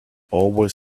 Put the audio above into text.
always